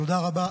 תודה רבה.